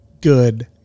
good